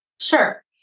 Sure